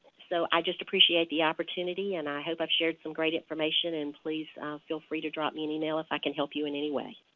so i just appreciate the opportunity, and i hope i've shared some great information. please feel free to drop me an email if i can help you in any way.